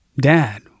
Dad